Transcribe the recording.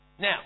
Now